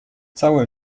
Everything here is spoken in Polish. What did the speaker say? całe